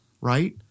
right